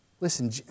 Listen